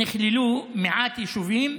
שנכללו, מעט יישובים,